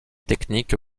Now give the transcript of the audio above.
technique